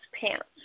pants